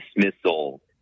dismissal